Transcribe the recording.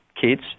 kids